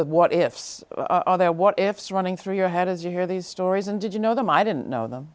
what ifs running through your head as you hear these stories and did you know them i didn't know them